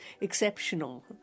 exceptional